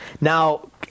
Now